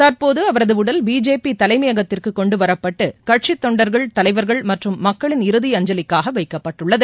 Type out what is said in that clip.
தற்போது அவரது உடல் பிஜேபி தலைமையகத்துக்கு கொண்டு வரப்பட்டு கட்சித்தொண்டர்கள் தலைவர்கள் மற்றும் மக்களின் இறுதி அஞ்சலிக்காக வைக்கப்பட்டுள்ளது